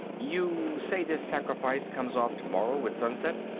you say this sacrifice comes off tomorrow at sunset?